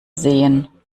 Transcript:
sehen